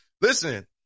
listen